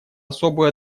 особую